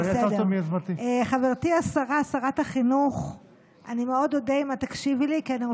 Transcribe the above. תתחיל לי מהתחלה.